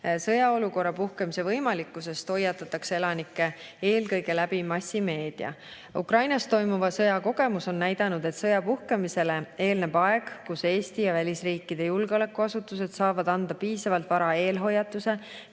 Sõjaolukorra puhkemise võimalikkusest hoiatatakse elanikke eelkõige massimeedias. Ukrainas toimuva sõja kogemus on näidanud, et sõja puhkemisele eelneb aeg, kui Eesti ja välisriikide julgeolekuasutused saavad anda piisavalt varajase eelhoiatuse,